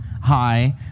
hi